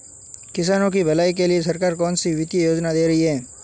किसानों की भलाई के लिए सरकार कौनसी वित्तीय योजना दे रही है?